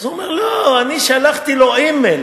אז הוא אומר: לא, אני שלחתי לו אימייל